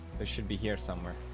they should be here somewhere